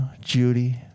Judy